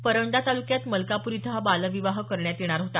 परंडा तालुक्यात मलकापूर इथं हा बालविवाह करण्यात येणार होता